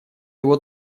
его